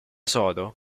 sodo